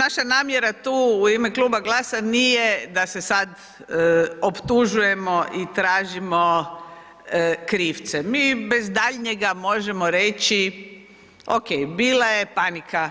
Naša namjera tu u ime kluba GLAS-a nije da se sada optužujemo i tražimo krivce, mi bez daljnjega možemo reći, ok, bila je panika